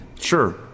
sure